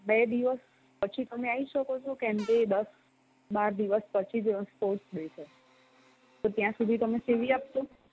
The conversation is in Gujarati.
બે દિવસ પછી તમે આવી શકો છો કેમકે દસ બાર દિવસ પછી જ સ્પોટ્સ ડે છે તો ત્યાં સુધી તમે સીવી આપશો